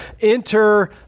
enter